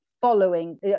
following